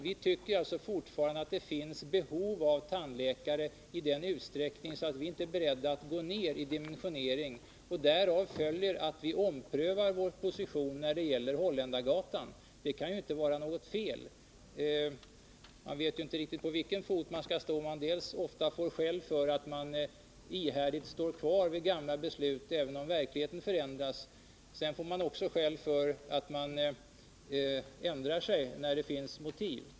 Vi tycker att det fortfarande finns ett sådant behov av tandläkare att vi inte är beredda att minska utbildningskapaciteten. Därav följer att vi omprövar vår position när det gäller Holländargatan. Det kan inte vara något fel. Man vet inte riktigt på vilken fot man skall stå, när man dels får skäll för att man ihärdigt står fast vid gamla beslut även om verkligheten förändras, dels får skäll för att man ändrar sig då det finns motiv.